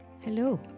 Hello